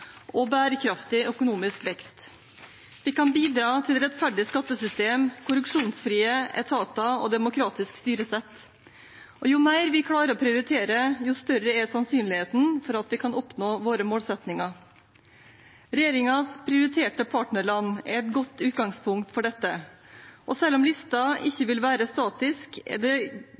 og bærekraftig økonomisk vekst. Vi kan bidra til rettferdige skattesystemer, korrupsjonsfrie etater og demokratisk styresett, og jo mer vi klarer å prioritere, desto større er sannsynligheten for at vi kan oppnå våre målsettinger. Regjeringens prioriterte partnerland er et godt utgangspunkt for dette, og selv om lista ikke vil være statisk, er det